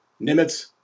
Nimitz